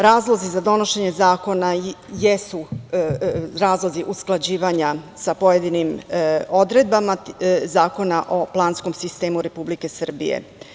Razlozi za donošenje zakona jesu razlozi usklađivanja sa pojedinim odredbama Zakona o planskom sistemu Republike Srbije.